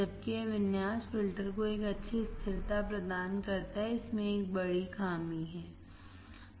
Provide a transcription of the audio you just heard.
जबकि यह विन्यास फ़िल्टर को एक अच्छी स्थिरता प्रदान करता है इसमें एक बड़ी खामी है